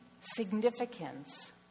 significance